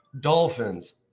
Dolphins